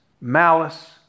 malice